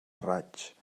raig